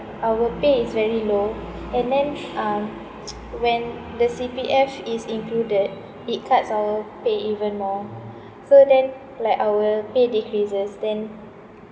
our pay is very low and then uh when the C_P_F is included it cuts our pay even more so then like our pay decreases then